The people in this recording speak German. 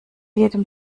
jedem